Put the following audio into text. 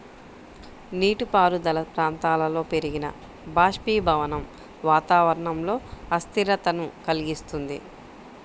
నీటిపారుదల ప్రాంతాలలో పెరిగిన బాష్పీభవనం వాతావరణంలో అస్థిరతను కలిగిస్తుంది